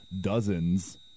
dozens